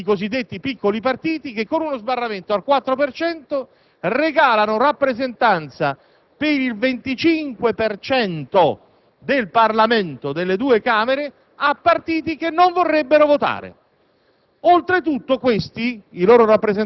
partiti, cioè alle loro culture, i cosiddetti piccoli partiti, che con uno sbarramento al 4 per cento regalano rappresentanza per il 25 per cento del Parlamento a partiti che non vorrebbero votare.